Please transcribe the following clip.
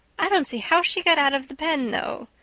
i don't see how she got out of the pen, though.